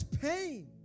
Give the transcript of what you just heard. pain